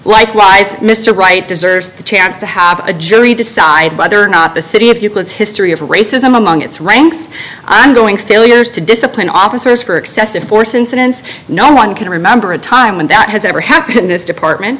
likewise mr wright deserves the chance to have a jury decide whether or not the city if you close history of racism among its ranks i'm going failures to discipline officers for excessive force incidents no one can remember a time when that has ever happened in this department